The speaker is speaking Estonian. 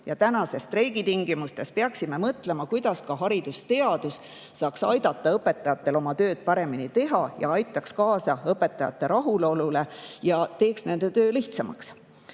ja tänastes streigitingimustes peaksime mõtlema, kuidas ka haridusteadus saaks aidata õpetajatel oma tööd paremini teha ja aitaks kaasa õpetajate rahulolule ja teeks nende töö lihtsamaks.